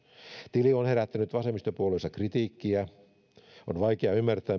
tili on herättänyt vasemmistopuolueessa kritiikkiä on vaikea ymmärtää